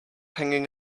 hanging